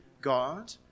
God